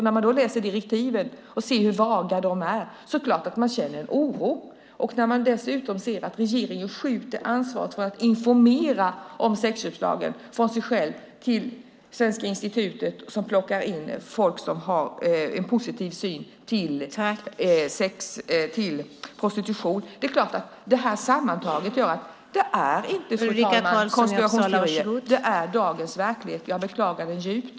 När man läser direktiven och ser hur vaga de är känner man såklart en oro. När man dessutom ser att regeringen skjuter ansvaret för att informera om sexköpslagen från sig själv till Svenska institutet som plockar in folk som har en positiv syn på prostitution blir oron inte mindre. Det är inte fråga om några konspirationsteorier; det är dagens verklighet. Jag beklagar det djupt.